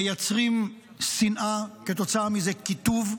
מייצרים שנאה, כתוצאה מזה, קיטוב,